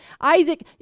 Isaac